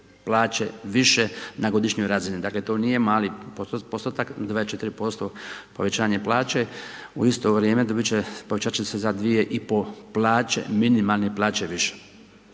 plaće više na godišnjoj razini. Dakle, to nije mali postotak 24% povećanje plaće, u isto vrijeme dobiti će, povećati će se za 2,5 plaće, minimalne plaće više.